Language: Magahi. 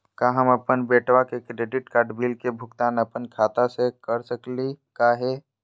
का हम अपन बेटवा के क्रेडिट कार्ड बिल के भुगतान अपन खाता स कर सकली का हे?